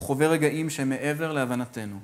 חווה רגעים שהם מעבר להבנתנו.